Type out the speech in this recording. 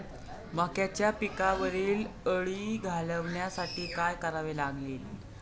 मक्याच्या पिकावरील अळी घालवण्यासाठी काय करावे लागेल?